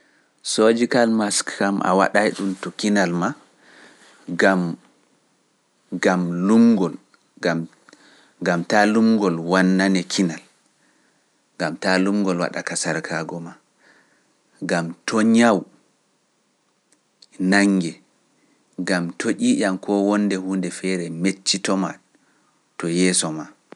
Surgical mask kam a waɗay-ɗum to kinal maa, ngam, ngam lunngol ngam, ngam taa lunngol wannane kinal, ngam taa lunngol waɗa ka sarkaago ma, ngam to ñawu nannge, ngam to ƴiiƴam koo wonnde huunde feere meccito ma to yeeso maa.